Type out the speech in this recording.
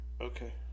Okay